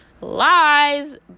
lies